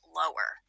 lower